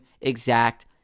exact